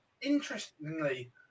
interestingly